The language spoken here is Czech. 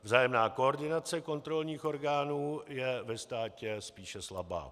Vzájemná koordinace kontrolních orgánů je ve státě spíše slabá.